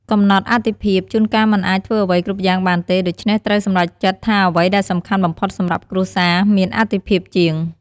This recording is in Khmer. កំណត់អាទិភាព ជួនកាលមិនអាចធ្វើអ្វីគ្រប់យ៉ាងបានទេ ដូច្នេះត្រូវសម្រេចចិត្តថាអ្វីដែលសំខាន់បំផុតសម្រាប់គ្រួសារ មានអទិភាពជាង។